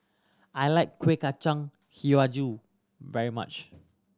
I like Kueh Kacang Hijau very much